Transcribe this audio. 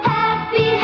Happy